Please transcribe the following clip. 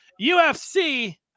UFC